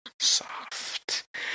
soft